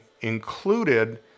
included